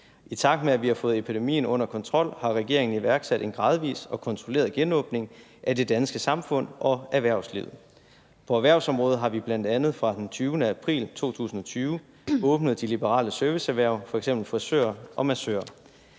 I takt med at vi har fået epidemien under kontrol, har regeringen iværksat en gradvis og kontrolleret genåbning af det danske samfund og erhvervsliv. På erhvervsområdet har vi bl.a. fra den 20. april 2020 åbnet de liberale serviceerhverv, f.eks. frisører og massører.